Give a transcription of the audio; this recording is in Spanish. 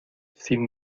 sin